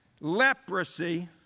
leprosy